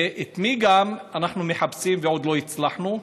ואת מי אנחנו מחפשים ועוד לא הצלחנו?